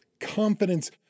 confidence